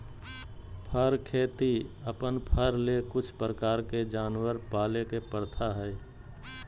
फर खेती अपन फर ले कुछ प्रकार के जानवर पाले के प्रथा हइ